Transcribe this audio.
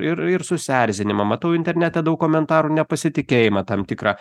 ir ir susierzinimą matau internete daug komentarų nepasitikėjimą tam tikrą